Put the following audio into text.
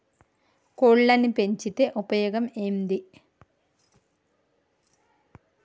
కోళ్లని పెంచితే ఉపయోగం ఏంది?